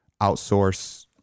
outsource